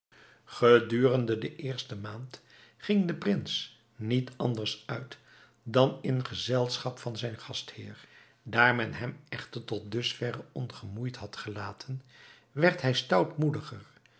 gedurende de eerste maand ging de prins niet anders uit dan in gezelschap van zijn gastheer daar men hem echter tot dusverre ongemoeid had gelaten werd hij